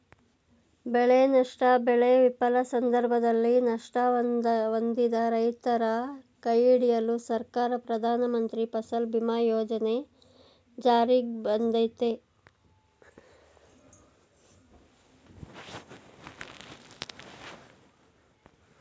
ಬೆಳೆನಷ್ಟ ಬೆಳೆ ವಿಫಲ ಸಂದರ್ಭದಲ್ಲಿ ನಷ್ಟ ಹೊಂದಿದ ರೈತರ ಕೈಹಿಡಿಯಲು ಸರ್ಕಾರ ಪ್ರಧಾನಮಂತ್ರಿ ಫಸಲ್ ಬಿಮಾ ಯೋಜನೆ ಜಾರಿಗ್ತಂದಯ್ತೆ